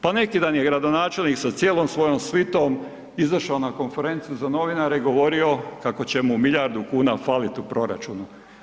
Pa neki dan je gradonačelnik sa cijelom svojom svitom izašao na konferenciju za novinare i govorio kako će mu milijardu kuna falit u proračunu.